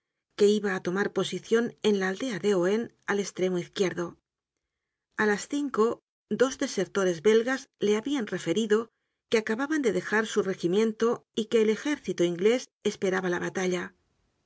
que iba á tomar posicion en la aldea de ohain al estremo izquierdo a las cinco dos desertores belgas le habian referido que acababan de dejar su regimiento y que el ejército inglés esperaba la batalla